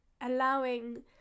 allowing